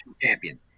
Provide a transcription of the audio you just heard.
champion